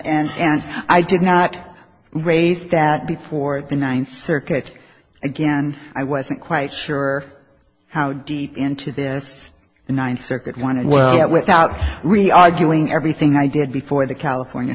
and i did not raise that before the ninth circuit again i wasn't quite sure how deep into this ninth circuit wanted well that without really arguing everything i did before the california